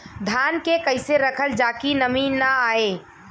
धान के कइसे रखल जाकि नमी न आए?